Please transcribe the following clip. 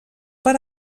per